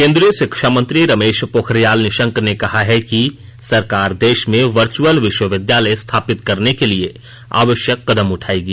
केंद्रीय शिक्षा मंत्री रमेश पोखरियाल निशंक ने कहा है कि सरकार देश में वर्चुअल विश्वंविद्यालय स्थापित करने के लिए आवश्यक कदम उठाएगी